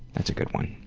that's a good one.